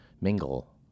mingle